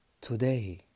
Today